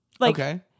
Okay